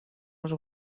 els